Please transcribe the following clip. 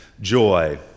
joy